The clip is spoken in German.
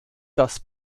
dass